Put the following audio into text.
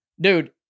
Dude